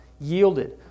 yielded